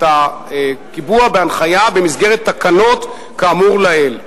הקיבוע בהנחיה במסגרת תקנות כאמור לעיל.